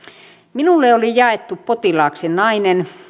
minulle oli jaettu potilaaksi nainen